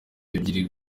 ebyiri